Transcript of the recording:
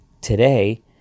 Today